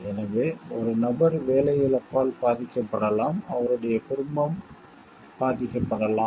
எனவே ஒரு நபர் வேலை இழப்பால் பாதிக்கப்படலாம் அவருடைய குடும்பம் பாதிக்கப்படலாம்